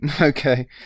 Okay